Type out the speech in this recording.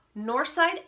Northside